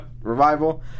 Revival